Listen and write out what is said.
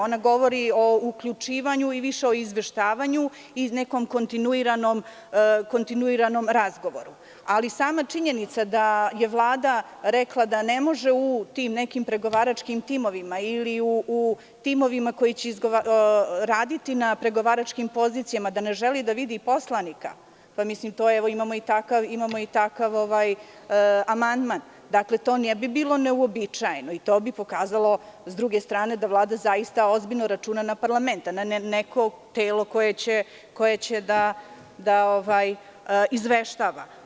Ona govori o uključivanju i više o izveštavanju i nekom kontinuiranom razgovoru, ali sama činjenica da je Vlada rekla da ne može u tim nekim pregovaračkim timovima ili u timovima koji će raditi na pregovaračkim pozicijama da bude i poslanik, imamo i takav amandman, to ne bi bilo neuobičajeno i to bi pokazalo, sa druge strane, da Vlada ozbiljno računa na parlament, na neko telo koje će da izveštava.